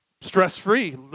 stress-free